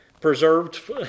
preserved